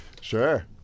Sure